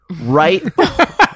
right